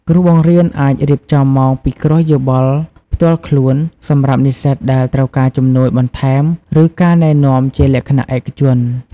គ្រូបង្រៀនអាចរៀបចំម៉ោងពិគ្រោះយោបល់ផ្ទាល់ខ្លួនសម្រាប់និស្សិតដែលត្រូវការជំនួយបន្ថែមឬការណែនាំជាលក្ខណៈឯកជន។